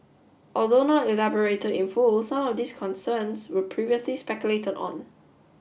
although not elaborated in full some of these concerns were previously speculated on